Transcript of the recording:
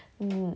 mmhmm